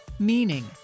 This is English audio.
meaning